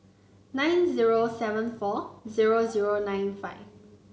nine zero seven four zero zero nine five